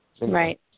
right